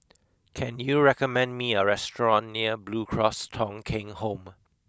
can you recommend me a restaurant near Blue Cross Thong Kheng Home